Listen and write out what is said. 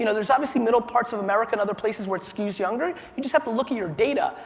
you know there's obviously middle parts of america and other places where it skews younger. you just have to look at your data,